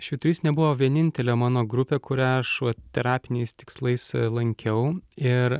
švyturys nebuvo vienintelė mano grupė kurią aš vat terapiniais tikslais lankiau ir